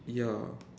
ya